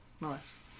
Nice